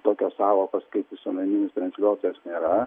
tokios sąvokos kaip visuomeninis transliuotojas nėra